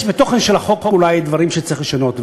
יש אולי בתוכן של החוק דברים שצריך לשנות,